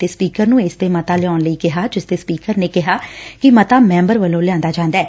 ਅਤੇ ਸਪੀਕਰ ਨੰ ਇਸ ਤੇ ਮਤਾ ਲਿਆਉਣ ਲਈ ਕਿਹਾ ਜਿਸ ਤੇ ਸਪੀਕਰ ਨੇ ਕਿਹਾ ਕਿ ਮਤਾ ਮੈਂਬਰ ਵੱਲੋਂ ਲਿਆਂਦਾ ਜਾਂਦਾ ਏ